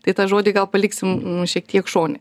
tai tą žodį gal paliksim šiek tiek šone